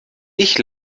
ich